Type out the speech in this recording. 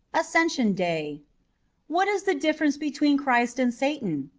ascension day what is the difference between christ and satan?